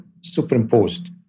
superimposed